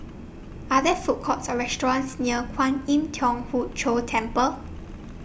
Are There Food Courts Or restaurants near Kwan Im Thong Hood Cho Temple